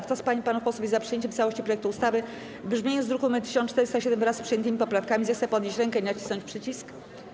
Kto z pań i panów posłów jest za przyjęciem w całości projektu ustawy w brzmieniu z druku nr 1407, wraz z przyjętymi poprawkami, zechce podnieść rękę i nacisnąć przycisk.